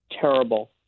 terrible